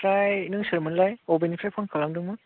ओमफ्राय नों सोरमोनलाय बबेनिफ्राय फन खालामदोंमोन